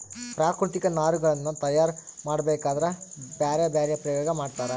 ಪ್ರಾಕೃತಿಕ ನಾರಿನಗುಳ್ನ ತಯಾರ ಮಾಡಬೇಕದ್ರಾ ಬ್ಯರೆ ಬ್ಯರೆ ಪ್ರಯೋಗ ಮಾಡ್ತರ